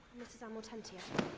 this is amortentia.